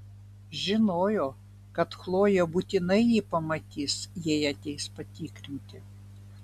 žinojo kad chlojė būtinai jį pamatys jei ateis patikrinti